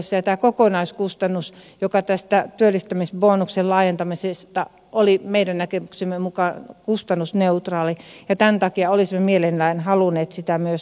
tämä kokonaiskustannus tästä työllistymisbonuksen laajentamisesta oli meidän näkemyksemme mukaan kustannusneutraali ja tämän takia olisimme mielellään halunneet sitä myös laajentaa